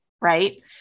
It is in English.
right